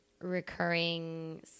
recurring